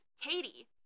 Katie